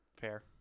Fair